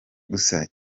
gusa